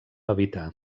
evitar